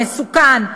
מסוכן,